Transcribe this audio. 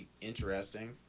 interesting